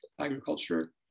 agriculture